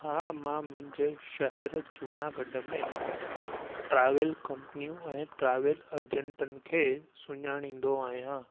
हा मां मुंहिंजे शहरु जूनागढ़ में ट्रेवल कंपनियू ऐं ट्रेवल एजेंटनि खे सुञाणींदो आहियां